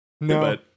No